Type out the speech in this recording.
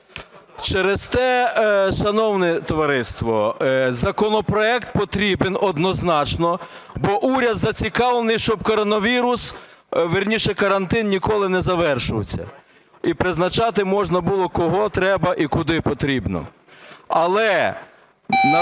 Через те, шановне товариство, законопроект потрібен однозначно, бо уряд зацікавлений, щоб коронавірус, вірніше, карантин ніколи не завершувався, і призначати можна було кого треба і куди потрібно.